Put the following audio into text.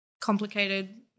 Complicated